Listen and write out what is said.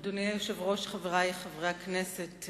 אדוני היושב-ראש, חברי חברי הכנסת,